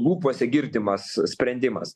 lūpose girdimas sprendimas